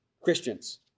Christians